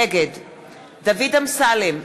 נגד דוד אמסלם,